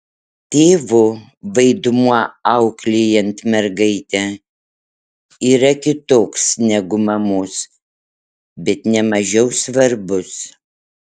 tėvo vaidmuo auklėjant mergaitę yra kitoks negu mamos bet ne mažiau svarbus